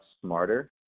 smarter